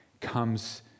comes